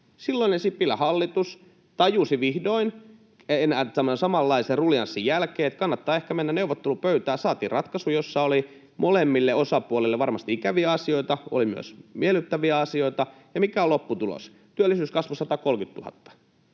silloinen Sipilän hallitus tajusi vihdoin tämän samanlaisen ruljanssin jälkeen, että kannattaa ehkä mennä neuvottelupöytään. Saatiin ratkaisu, jossa oli molemmille osapuolille varmasti ikäviä asioita, oli myös miellyttäviä asioita. Ja mikä oli lopputulos? Työllisyys kasvoi 130 000.